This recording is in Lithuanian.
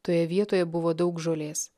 toje vietoje buvo daug žolės